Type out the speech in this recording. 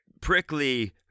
prickly